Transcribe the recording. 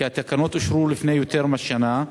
כי התקנות אושרו לפני יותר משנה.